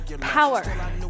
Power